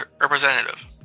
representative